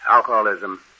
Alcoholism